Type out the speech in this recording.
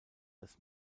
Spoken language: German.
das